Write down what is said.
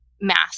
math